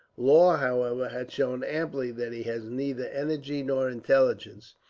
law, however, had shown amply that he had neither energy nor intelligence,